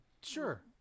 sure